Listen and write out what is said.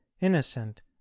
innocent